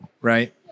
Right